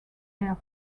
air